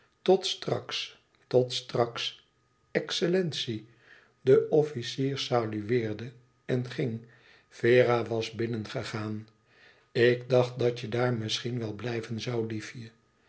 tot straks tot straks excellentie de officier salueerde en ging vera was binnen gegaan ik dacht dat je daar misschien wel blijven zoû liefje